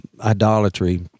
idolatry